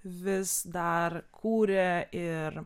vis dar kūrė ir